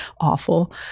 awful